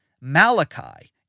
Malachi